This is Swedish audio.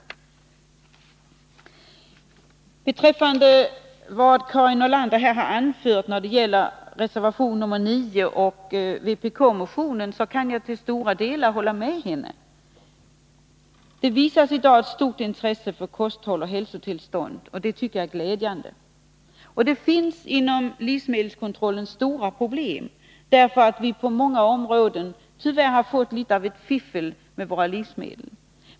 I vad gäller det som Karin Nordlander här anförde beträffande reservation nr 9 och vpk-motionen kan jag till stora delar hålla med henne. Det visas i dag stort intresse för kosthåll och hälsotillstånd, och det tycker jag är glädjande. Inom livsmedelskontrollen finns det stora problem, därför att det på många områden tyvärr har blivit litet av ”fiffel” med våra livsmedel.